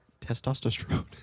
Testosterone